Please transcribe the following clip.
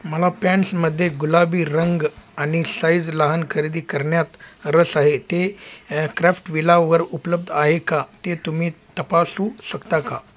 मला पॅन्ट्समध्ये गुलाबी रंग आणि साईज लहान खरेदी करण्यात रस आहे ते क्रॅफ्टविलावर उपलब्ध आहे का ते तुम्ही तपासू शकता का